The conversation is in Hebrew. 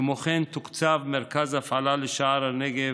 כמו כן תוקצב מרכז הפעלה לשער הנגב,